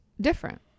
different